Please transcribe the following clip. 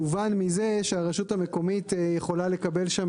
יובן מזה שהרשות המקומית יכולה לקבל שם